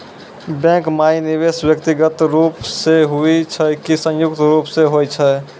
Bank माई निवेश व्यक्तिगत रूप से हुए छै की संयुक्त रूप से होय छै?